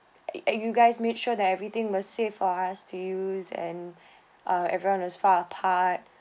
and you guys made sure that everything must safe for us to use and ah everyone was far apart